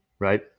Right